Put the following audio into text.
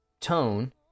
tone